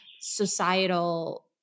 societal